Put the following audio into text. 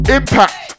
Impact